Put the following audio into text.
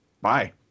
Bye